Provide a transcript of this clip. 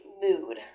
mood